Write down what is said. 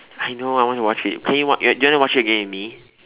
I know I want to watch it pay you want you want to watch it again with me